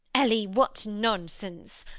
ellie! what nonsense!